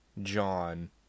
John